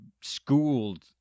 schooled